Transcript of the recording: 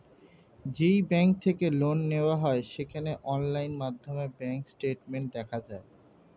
যেই ব্যাঙ্ক থেকে লোন নেওয়া হয় সেখানে অনলাইন মাধ্যমে ব্যাঙ্ক স্টেটমেন্ট দেখা যায়